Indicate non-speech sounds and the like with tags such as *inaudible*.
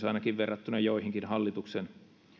*unintelligible* ainakin verrattuna joihinkin hallituksen